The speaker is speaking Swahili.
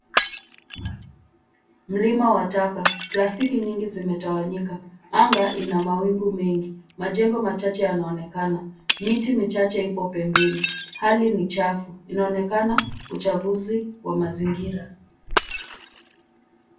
Mlima wa taka, plastiki nyingi zimetawanyika, anaga ina mawingu mengi, majengo machache yanaonekana, miti michache ipo pembeni, hali ni chafu, inaonekana uchafuzi wa mazingira.